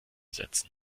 setzen